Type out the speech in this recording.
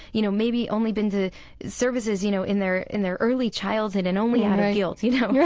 you know, maybe only been to services, you know, in their in their early childhood and only out of guilt, you know, um yeah